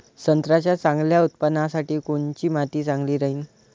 संत्र्याच्या चांगल्या उत्पन्नासाठी कोनची माती चांगली राहिनं?